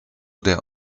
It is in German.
der